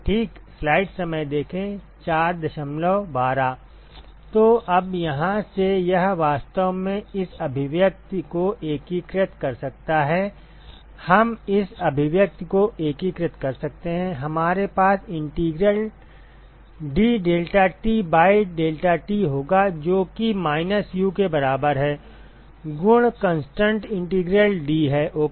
ठीक तो अब यहाँ से यह वास्तव में इस अभिव्यक्ति को एकीकृत कर सकता है हम इस अभिव्यक्ति को एकीकृत कर सकते हैं हमारे पास इंटीग्रल ddeltaT by deltaT होगा जो कि माइनस U के बराबर है गुण कंस्टन्ट इंटीग्रल डी हैं ओके